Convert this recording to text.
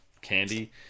candy